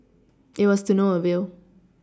it was to no avail